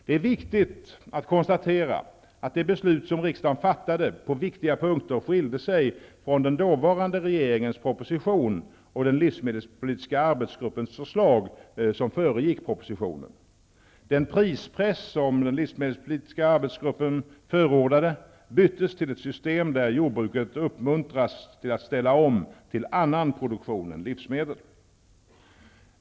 Det är viktigt att konstatera att det beslut som riksdagen fattade på viktiga punkter skilde sig från den dåvarande regeringens proposition och den livsmedelspolitiska arbetsgruppens förslag, som föregick propositionen. Den prispress som den livsmedelspolitiska arbetsgruppen förordade byttes till ett system där jordbruket uppmuntras till att ställa om till annan produktion än livsmedel.